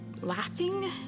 laughing